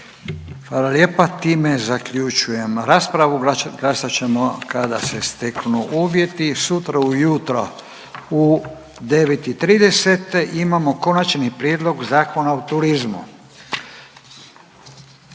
Hvala lijepa. Time zaključujem raspravu. Glasat ćemo kada se steknu uvjeti. Sutra u jutro u 9,30 imamo Konačni prijedlog zakona o turizmu.